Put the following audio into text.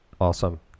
Awesome